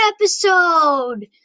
episode